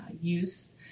use